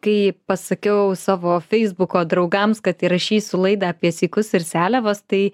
kai pasakiau savo feisbuko draugams kad įrašysiu laidą apie sykus ir seliavas tai